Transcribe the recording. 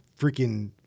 Freaking